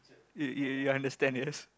you you you understand yes